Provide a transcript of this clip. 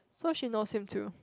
so she knows him too